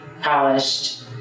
polished